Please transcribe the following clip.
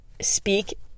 speak